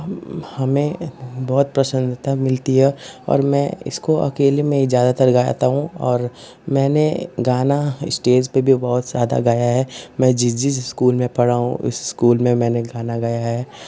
हमें बहुत प्रसन्नता मिलती है और मैं इसको अकेले में ही ज़्यादातर गाता हूँ और मैंने गाना स्टेज पर भी बहुत ज़्यादा गाया है मैं जिस जिस स्कूल में पढ़ा हूँ उस स्कूल में मैंने गाना गाया है